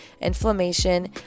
inflammation